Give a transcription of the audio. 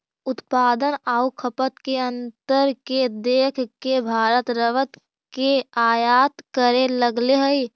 उत्पादन आउ खपत के अंतर के देख के भारत रबर के आयात करे लगले हइ